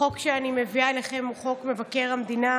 החוק שאני מביאה אליכם הוא חוק מבקר המדינה